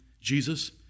Jesus